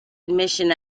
admission